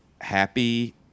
happy